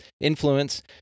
influence